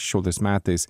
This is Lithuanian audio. šešioliktais metais